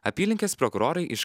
apylinkės prokurorai iš